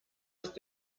ist